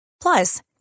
Plus